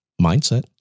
Mindset